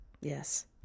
Yes